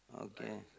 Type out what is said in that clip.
okay